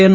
N